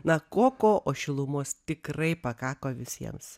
na ko ko o šilumos tikrai pakako visiems